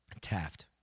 taft